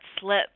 slip